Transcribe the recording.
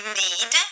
need